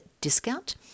discount